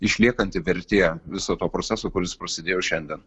išliekanti vertė viso to proceso kuris prasidėjo šiandien